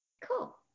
Cool